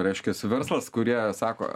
reiškias verslas kurie sako